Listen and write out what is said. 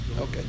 Okay